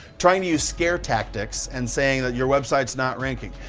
trying to use scare tactics and saying that your website is not ranking.